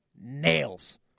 nails